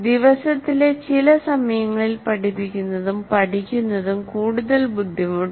ദിവസത്തിലെ ചില സമയങ്ങളിൽ പഠിപ്പിക്കുന്നതും പഠിക്കുന്നതും കൂടുതൽ ബുദ്ധിമുട്ടാണ്